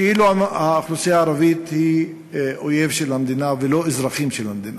כאילו האוכלוסייה הערבית היא אויב של המדינה ולא אזרחים של המדינה,